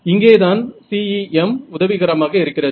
இங்கேயேதான் CEM உதவிகரமாக இருக்கிறது